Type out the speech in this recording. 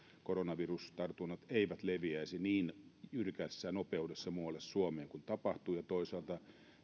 koronavirustartunnat eivät leviäisi täältä niin jyrkässä nopeudessa muualle suomeen kuin tapahtui ja toisaalta